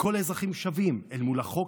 כל האזרחים שווים אל מול החוק,